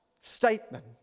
statement